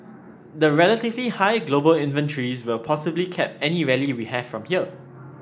the relatively high global inventories will possibly cap any rally we have from here